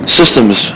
systems